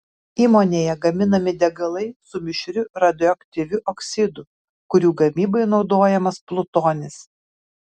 įmonėje gaminami degalai su mišriu radioaktyviu oksidu kurių gamybai naudojamas plutonis